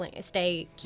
stay